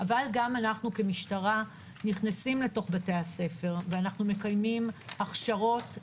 אבל גם אנו כמשטרה נכנסים לבתי הספר ומקיימים הכשרות,